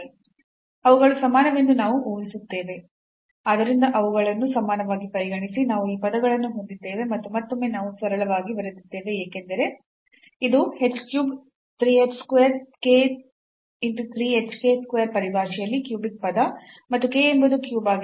ಅವುಗಳು ಸಮಾನವೆಂದು ನಾವು ಊಹಿಸುತ್ತೇವೆ ಆದ್ದರಿಂದ ಅವುಗಳನ್ನು ಸಮಾನವಾಗಿ ಪರಿಗಣಿಸಿ ನಾವು ಈ ಪದಗಳನ್ನು ಹೊಂದಿದ್ದೇವೆ ಮತ್ತು ಮತ್ತೊಮ್ಮೆ ನಾವು ಸರಳತೆಗಾಗಿ ಬರೆದಿದ್ದೇವೆ ಏಕೆಂದರೆ ಇದು h cubed 3 h square k 3 h k square ಪರಿಭಾಷೆಯಲ್ಲಿ ಕ್ಯೂಬಿಕ್ ಪದ ಮತ್ತು k ಎಂಬುದು ಕ್ಯೂಬ್ ಆಗಿದೆ